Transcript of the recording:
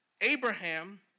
Abraham